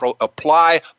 apply